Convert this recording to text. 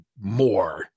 more